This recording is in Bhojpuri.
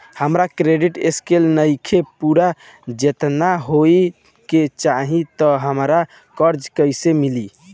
हमार क्रेडिट स्कोर नईखे पूरत जेतना होए के चाही त हमरा कर्जा कैसे मिली?